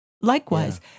Likewise